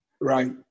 Right